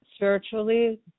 Spiritually